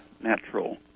natural